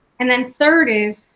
and then third is,